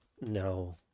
No